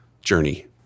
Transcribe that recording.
journey